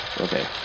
Okay